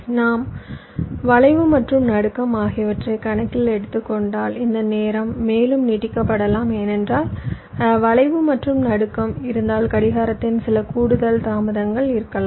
நாம் வளைவு மற்றும் நடுக்கம் ஆகியவற்றை கணக்கில் எடுத்துக் கொண்டால் இந்த நேரம் மேலும் நீட்டிக்கப்படலாம் ஏனென்றால் வளைவு மற்றும் நடுக்கம் இருந்தால் கடிகாரத்தில் சில கூடுதல் தாமதங்கள் இருக்கலாம்